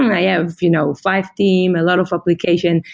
and i have you know five team. a lot of application.